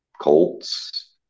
Colts